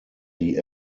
die